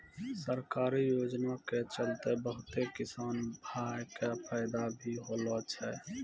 सरकारी योजना के चलतैं बहुत किसान भाय कॅ फायदा भी होलो छै